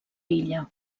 illa